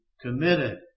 committed